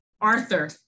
Arthur